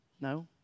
No